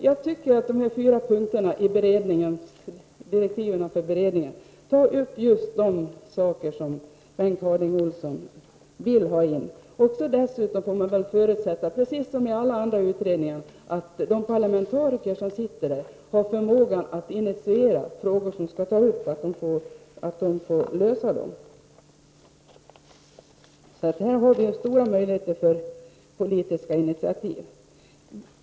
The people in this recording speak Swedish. Jag tycker dock att de fyra punkterna i beredningens direktiv behandlar just de frågor som Bengt Harding Olson vill ta upp. Man får väl dessutom, precis som när det gäller alla andra utredningar, förutsätta att de parlamentariker som ingår i beredningen har förmågan att initiera och lösa frågor som ligger inom utredningens ram. Det finns alltså stora möjligheter till politiska initiativ.